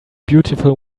beautiful